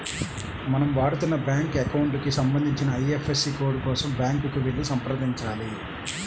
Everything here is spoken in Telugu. మనం వాడుతున్న బ్యాంకు అకౌంట్ కి సంబంధించిన ఐ.ఎఫ్.ఎస్.సి కోడ్ కోసం బ్యాంకుకి వెళ్లి సంప్రదించాలి